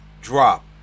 drop